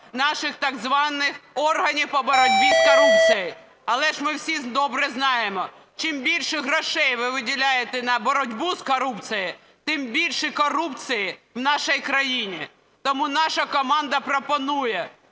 наших так званих органів по боротьбі з корупцією. Але ж ми всі добре знаємо, чим більше грошей ви виділяєте на боротьбу з корупцією, тим більше корупції в нашій країні. Тому наша команда пропонує